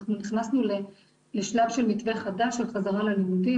אנחנו נכנסו לשלב של מתווה חדש של חזרה ללימודים,